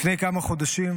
לפני כמה חודשים,